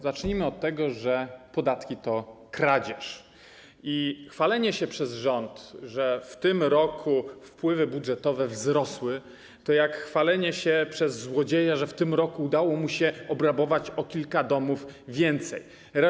Zacznijmy od tego, że podatki to kradzież, i chwalenie się przez rząd, że w tym roku wpływy budżetowe wzrosły, to jak chwalenie się przez złodzieja, że w tym roku udało mu się obrabować o kilka domów więcej.